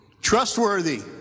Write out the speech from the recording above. Trustworthy